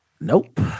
Nope